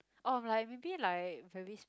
or mm like maybe like very